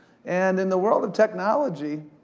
and in the world of technology,